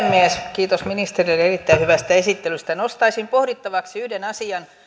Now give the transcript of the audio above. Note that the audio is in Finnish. kiitos ministerille erittäin hyvästä esittelystä nostaisin pohdittavaksi yhden asian